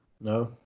No